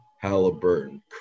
Halliburton